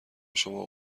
شما